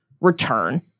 return